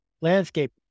landscape